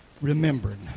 remembering